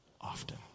often